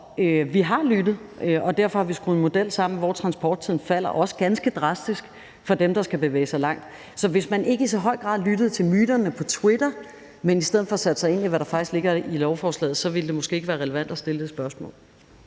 vi har lyttet, og derfor har vi skruet en model sammen, hvor transporttiden falder, også ganske drastisk, for dem, der skal bevæge sig langt. Så hvis man ikke i så høj grad lyttede til myterne på Twitter, men i stedet for satte sig ind i, hvad der faktisk ligger i lovforslaget, ville det måske ikke være relevant at stille det spørgsmål.